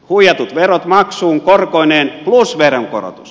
huijatut verot maksuun korkoineen plus veronkorotus